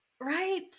right